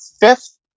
fifth